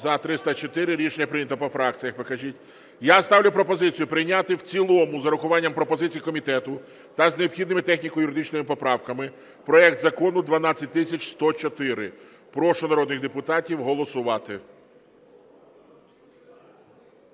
За-304 Рішення прийнято. По фракціях покажіть. Я ставлю пропозицію прийняти в цілому з урахуванням пропозицій комітету та з необхідними техніко-юридичними поправками проект Закону 12104. Прошу народних депутатів голосувати.